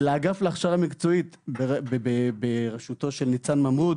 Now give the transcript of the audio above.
ולאגף להכשרה מקצועית בראשותו של ניצן ממרוד